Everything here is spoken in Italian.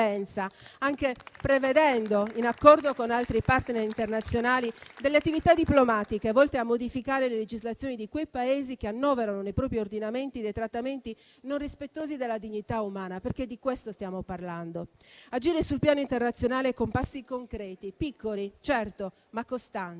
anche prevedendo, in accordo con altri *partner* internazionali, delle attività diplomatiche volte a modificare la legislazione di quei Paesi che annoverano nei propri ordinamenti dei trattamenti non rispettosi della dignità umana, perché è di questo che stiamo parlando: agire sul piano internazionale con passi concreti, piccoli, certo, ma costanti.